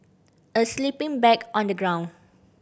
a sleeping bag on the ground